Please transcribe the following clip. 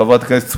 חברת הכנסת סויד?